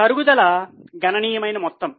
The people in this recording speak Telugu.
తరుగుదల గణనీయమైన మొత్తం